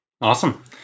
Awesome